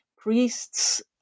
priests